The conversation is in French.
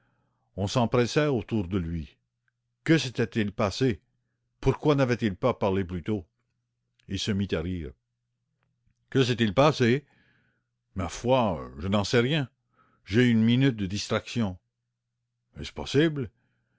on s'empressa autour de lui que s'était-il passé pourquoi n'avait-il pas parlé plus tôt il se mit à rire que s'est-il passé ma foi je n'en sais rien j'ai eu une minute de distraction est-ce possible